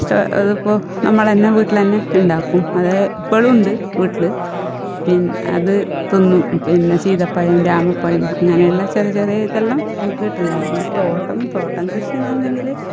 അതിപ്പോൾ നമ്മളന്നെ വീട്ടിലന്നെ ഉണ്ടാക്കും അത് ഇപ്പളൂണ്ട് വീട്ടിൽ പിന്നെ അത് തിന്നു പിന്നെ സീതപ്പഴം രാമപ്പഴം അങ്ങനെയുള്ള ചെറിയ ചെറിയ ഇതെല്ലാം നമുക്ക് കിട്ടുന്നുണ്ട് പിന്നെ തോട്ടം തോട്ടം കൃഷിന്ന് പറഞ്ഞെങ്കിൽ